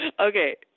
Okay